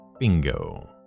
Bingo